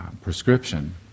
prescription